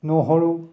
নহৰু